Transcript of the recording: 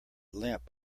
limp